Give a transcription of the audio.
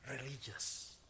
religious